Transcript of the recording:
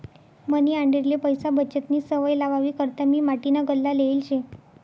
मनी आंडेरले पैसा बचतनी सवय लावावी करता मी माटीना गल्ला लेयेल शे